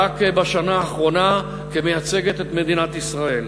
רק בשנה האחרונה כמייצגת את מדינת ישראל.